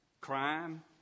Crime